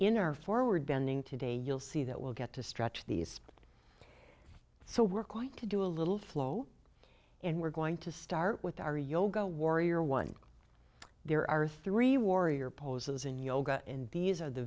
our forward bending today you'll see that we'll get to stretch these so we're quite to do a little flow and we're going to start with our yoga warrior one there are three warrior poses in yoga and these are the